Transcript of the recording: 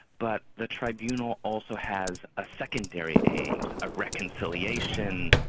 but the tribunal also has ah secondary aims ah reconciliation,